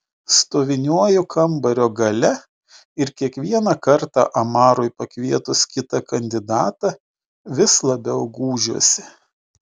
stoviniuoju kambario gale ir kiekvieną kartą amarui pakvietus kitą kandidatą vis labiau gūžiuosi